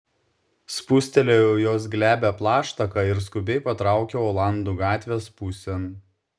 spustelėjau jos glebią plaštaką ir skubiai patraukiau olandų gatvės pusėn